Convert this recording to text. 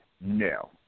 No